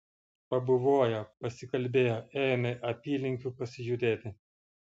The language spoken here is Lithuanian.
pabuvoję pasikalbėję ėjome apylinkių pasižiūrėti